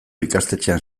ikastetxean